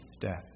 death